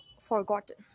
forgotten